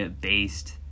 based